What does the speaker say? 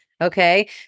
Okay